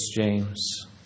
James